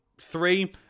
three